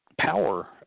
power